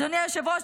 אדוני היושב-ראש,